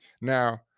Now